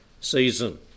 season